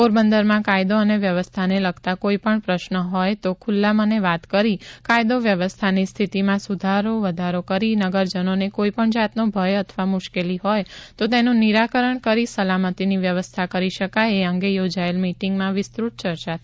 પોરબંદરમાં કાયદો અને વ્યવસ્થાને લગતા કોઈપણ પ્રશ્ર હોય તો ખૂલ્લા મને વાત કરી કાયદો વ્યવસ્થાની સ્થિતિમાં સુધારો વધારો કરી નગરજનોને કોઈપણ જાતનો ભય અથવા મુશ્કેલી હોય તો તેનું નિરાકરણ કરી સલામતીની વ્યવસ્થા કરી શકાય એ અંગે યોજાયેલ મીટીંગમાં વિસ્ત્રતમાં ચર્ચા થઈ હતી